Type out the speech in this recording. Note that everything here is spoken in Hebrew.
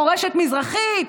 מורשת מזרחית,